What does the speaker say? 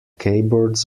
keyboards